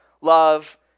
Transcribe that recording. love